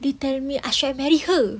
they tell me I should have marry her